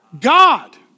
God